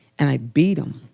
and i beat him.